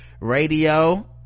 radio